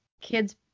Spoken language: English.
kids